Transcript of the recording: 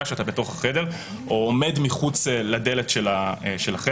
כשאתה בתוך החדר או עומד מחוץ לדלת של החדר.